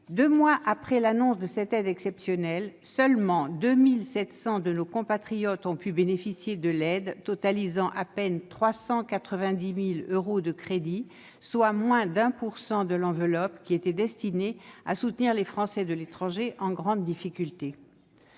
Deux mois après l'annonce de cette aide exceptionnelle, seulement 2 700 de nos compatriotes ont pu bénéficier de cette aide, totalisant à peine 390 000 euros, soit moins de 1 % de l'enveloppe destinée à soutenir les Français de l'étranger en grande difficulté.